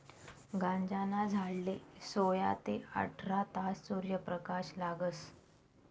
गांजाना झाडले सोया ते आठरा तास सूर्यप्रकाश लागस